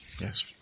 Yes